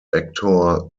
actor